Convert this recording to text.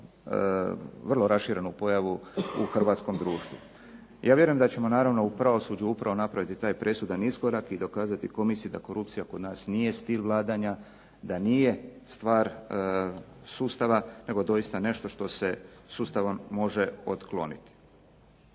vrlo raširenu pojavu u hrvatskom društvu. Ja vjerujem da ćemo naravno u pravosuđu upravo napraviti taj presudan iskorak i dokazati komisiji da korupcija kod nas nije stil vladanja, da nije stvar sustava nego doista nešto što se sustavom može otkloniti.